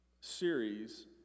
series